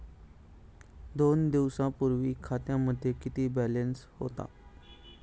दोन दिवसांपूर्वी खात्यामध्ये किती बॅलन्स होता?